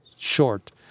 short